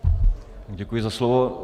Děkuji za slovo.